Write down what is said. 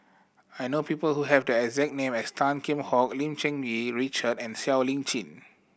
I know people who have the exact name as Tan Kheam Hock Lim Cherng Yih Richard and Siow Lee Chin